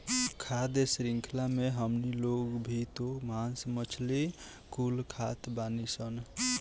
खाद्य शृंख्ला मे हमनी लोग भी त मास मछली कुल खात बानीसन